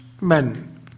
men